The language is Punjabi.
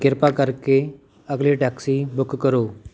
ਕਿਰਪਾ ਕਰਕੇ ਅਗਲੀ ਟੈਕਸੀ ਬੁੱਕ ਕਰੋ